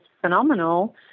phenomenal